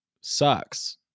sucks